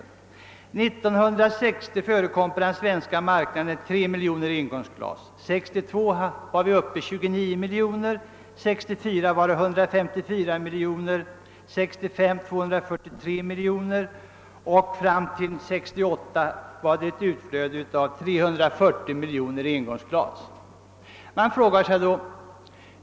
År 1960 förekom på den svenska marknaden 3 miljoner engångsglas, år 1962 var antalet uppe i 29 miljoner, år 1964 i 154 miljoner, år 1965 i 243 miljoner och år 1968 hade vi ett utflöde av 340 miljoner engångsglas.